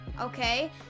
Okay